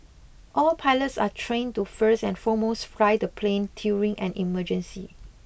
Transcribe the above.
all pilots are trained to first and foremost fly the plane during an emergency